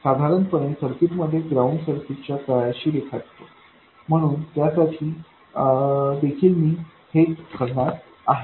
साधारणपणे सर्किट मध्ये ground circuit च्या तळाशी रेखाटतो आणि म्हणूनच त्यासाठी देखील मी हेच करणार आहे